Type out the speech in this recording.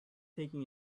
taking